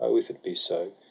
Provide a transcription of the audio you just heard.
oh, if it be so,